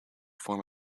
form